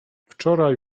wczoraj